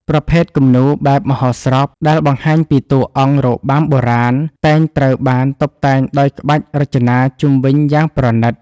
ប្រភេទគំនូរ បែបមហោស្រព ដែលបង្ហាញពីតួអង្គរបាំបុរាណ តែងត្រូវបានតុបតែងដោយក្បាច់រចនាជុំវិញយ៉ាងប្រណីត។